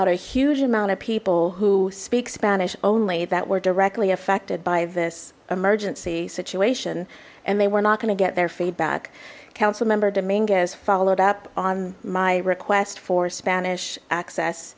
out a huge amount of people who speak spanish only that were directly affected by this emergency situation and they were not going to get their feedback councilmember dominguez followed up on my request for spanish access